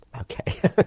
Okay